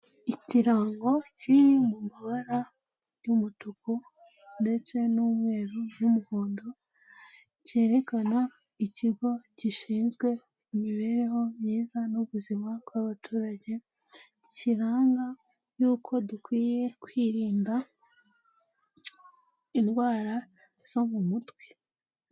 Ikirango kiri mu mabara y'umutuku ndetse n'umweru n'umuhondo, cyerekana ikigo gishinzwe imibereho myiza n'ubuzima bw'abaturage, kiranga y'uko dukwiye kwirinda indwara zo mu mutwe.